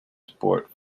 sport